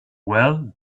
well